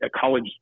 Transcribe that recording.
college